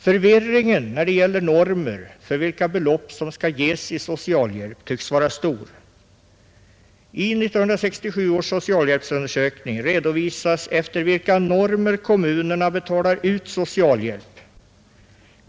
Förvirringen när det gäller normer för vilka belopp som skall ges i socialhjälp tycks vara stor. I 1967 års socialhjälpsundersökning redovisas efter vilka normer kommunerna betalar ut socialhjälp.